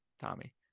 Tommy